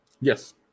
Yes